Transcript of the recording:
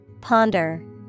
Ponder